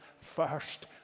first